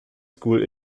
school